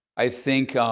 i think